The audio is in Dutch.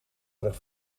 erg